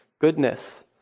goodness